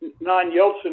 non-Yeltsin